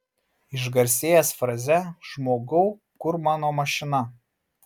išgarsėjęs fraze žmogau kur mano mašina